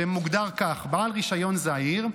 שמוגדר כך: "בעל רישיון זעיר,